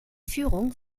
führung